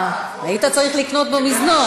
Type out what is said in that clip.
היית צריך לקנות במזנון